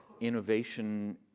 innovation